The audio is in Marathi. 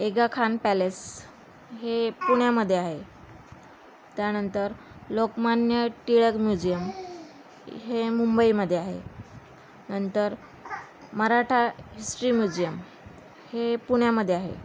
आगाखान पॅलेस हे पुण्यामध्ये आहे त्यानंतर लोकमान्य टिळक म्युझियम हे मुंबईमध्ये आहे नंतर मराठा हिस्ट्री म्युझियम हे पुण्यामध्ये आहे